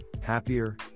happier